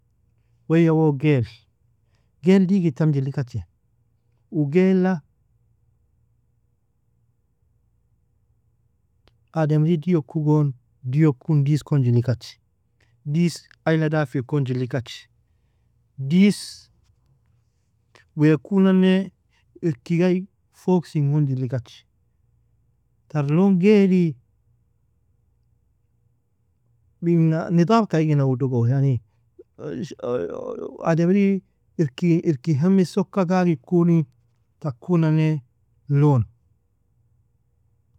Waye woo gail uo gail digitam jilikachi uo gaila ademri diyo kukon diyo kon dis kon jilikachi dis aila dafi kon jilikachi dis weakunane irki gai fogsing gon jilikachi tar لون gaili mniga نضال ka igina udugo ademri irki hime sokaka kagikuni takunane لون.